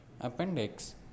appendix